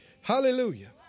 Hallelujah